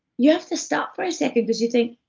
you have to stop for a second, because you think,